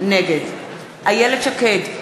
נגד איילת שקד,